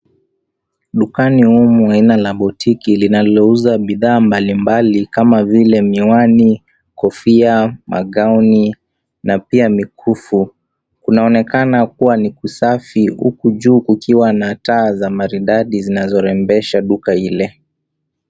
Dukani humu aina ya botiki linalouza bidhaa mbalimbali kama vile miwani , kofia, magauni na pia mikufu. Kunaonekana kuwa ni kusafi huku juu kuikiwa na taa za maridadi zinazorembesha duka ile.